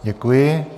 Děkuji.